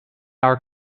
our